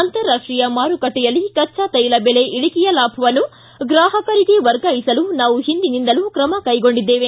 ಅಂತಾರಾಷ್ಟೀಯ ಮಾರುಕಟ್ಟೆಯಲ್ಲಿ ಕಚ್ಚಾಕೈಲ ಬೆಲೆ ಇಳಿಕೆಯ ಲಾಭವನ್ನು ಗ್ರಾಪಕರಿಗೆ ವರ್ಗಾಯಿಸಲು ನಾವು ಹಿಂದಿನಿಂದಲೂ ಕ್ರಮ ಕೈಗೊಂಡಿದ್ದೇವೆ